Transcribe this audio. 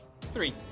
three